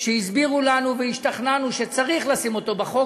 והסבירו לנו והשתכנענו שצריך לשים אותו בחוק,